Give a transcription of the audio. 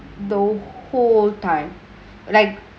the whole time like